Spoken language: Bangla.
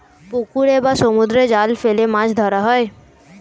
পুকুরে বা সমুদ্রে জাল ফেলে মাছ ধরা হয়